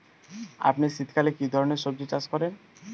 আপনি শীতকালে কী ধরনের সবজী চাষ করেন?